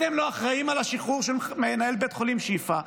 אתם לא אחראים על השחרור של מנהל בית החולים שיפא,